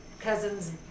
Cousin's